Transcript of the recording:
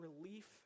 relief